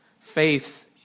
Faith